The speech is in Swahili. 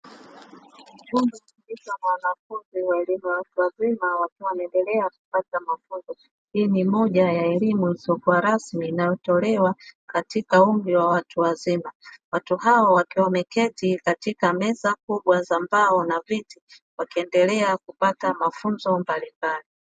Kundi kubwa la wanafunzi wa elimu ya watu wazima wakiwa wanaendelea kupata mafunzo, hii ni moja ya elimu isiyokuwa rasmi inayotolewa katika umri wa watu wazima. Watu hao wakiwa wameketi katika meza kubwa za mbao na viti wakiendelea kupata mafunzo mbalimbali.